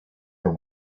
for